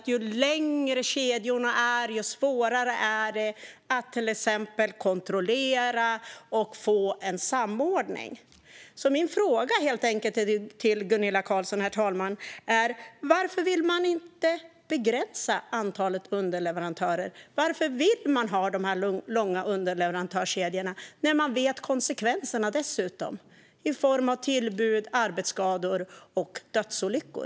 Ju längre kedjorna är, desto svårare är det att till exempel kontrollera och få en samordning - det är väl ändå väl känt. Herr talman! Min fråga till Gunilla Carlsson är: Varför vill man inte begränsa antalet underleverantörer? Varför vill man ha de här långa underleverantörskedjorna, när man dessutom vet konsekvenserna i form av tillbud, arbetsskador och dödsolyckor?